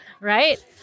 right